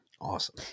Awesome